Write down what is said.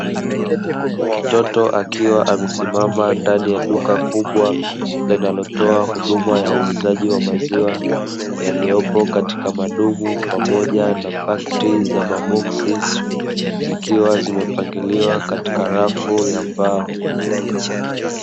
Mtoto akiwa amesimama ndani ya duka kubwa linalotoa huduma ya uuzaji wa maziwa, yaliyopo katika madumu pamoja na pakiti za maboksi zikiwa zimepangiliwa katika rafu za mbao.